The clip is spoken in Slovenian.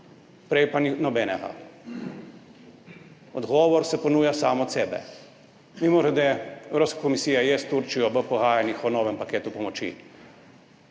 prej pa ni nobenega. Odgovor se ponuja sam od sebe. Mimogrede, Evropska komisija je s Turčijo v pogajanjih o novem paketu pomoči,